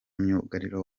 myugariro